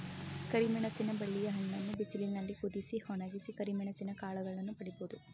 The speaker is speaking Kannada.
ಕರಿಮೆಣಸಿನ ಬಳ್ಳಿಯ ಹಣ್ಣನ್ನು ಬಿಸಿಲಿನಲ್ಲಿ ಕುದಿಸಿ, ಒಣಗಿಸಿ ಕರಿಮೆಣಸಿನ ಕಾಳುಗಳನ್ನು ಪಡಿಬೋದು